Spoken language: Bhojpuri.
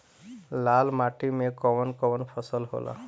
लाल माटी मे कवन कवन फसल होला?